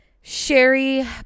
Sherry